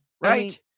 right